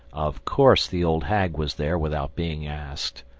of course the old hag was there without being asked.